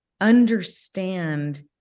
understand